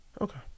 Okay